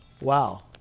Wow